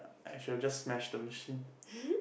I should have just smashed the machine